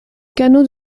canaux